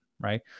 right